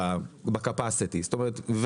זאת אומרת,